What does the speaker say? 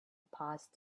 past